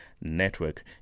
network